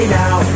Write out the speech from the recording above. now